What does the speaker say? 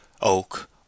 Oak